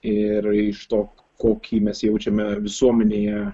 ir iš to kokį mes jaučiame visuomenėje